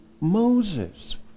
Moses